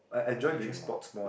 I should train more